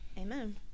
Amen